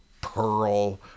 Pearl